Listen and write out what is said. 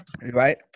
right